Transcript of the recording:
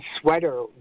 sweater